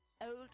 Old